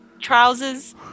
trousers